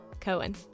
Cohen